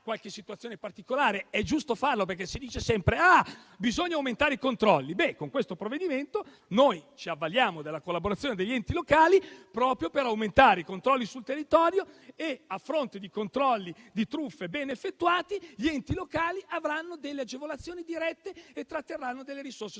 qualche situazione particolare. È giusto farlo, perché si dice sempre che bisogna aumentare i controlli. Con questo provvedimento noi ci avvaliamo della collaborazione degli enti locali proprio per aumentare i controlli sul territorio e, a fronte di controlli di truffe ben effettuati, gli enti locali avranno delle agevolazioni dirette e tratterranno delle risorse sul